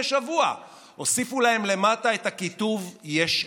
שבוע הוסיפו להם למטה את הכיתוב "יש עתיד".